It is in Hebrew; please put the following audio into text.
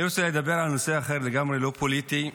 אני רוצה לדבר על נושא אחר לגמרי, לא פוליטי,